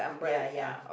ya ya